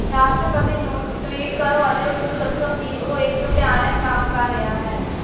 ਰਾਸ਼ਟਰਪਤੀ ਨੂੰ ਟਵੀਟ ਕਰੋ ਅਤੇ ਉਸਨੂੰ ਦੱਸੋ ਕਿ ਉਹ ਇੱਕ ਭਿਆਨਕ ਕੰਮ ਕਰ ਰਿਹਾ ਹੈ